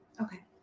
Okay